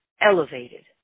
elevated